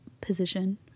position